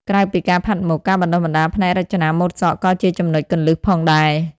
ក្រៅពីការផាត់មុខ ការបណ្តុះបណ្តាលផ្នែករចនាម៉ូដសក់ក៏ជាចំណុចគន្លឹះផងដែរ។